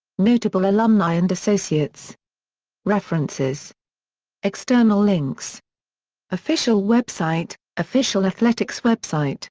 notable alumni and associates references external links official website official athletics website